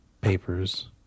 papers